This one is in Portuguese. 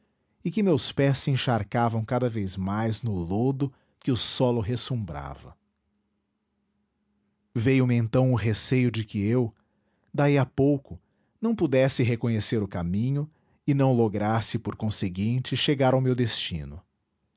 e que meus pés se encharcavam cada vez mais no lodo que o solo ressumbrava veio-me então o receio de que eu daí a pouco não pudesse reconhecer o caminho e não lograsse por conseguinte chegar ao meu destino